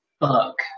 book